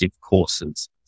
courses